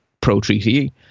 pro-treaty